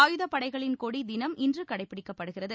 ஆயுத படைகளின் கொடிதினம் இன்று கடைப்பிடிக்கப்படுகிறது